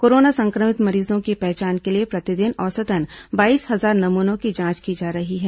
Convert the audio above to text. corona संक्रमित मरीजों की पहचान के लिए प्रतिदिन औसतन बाईस हजार नमूनों की जांच की जा रही है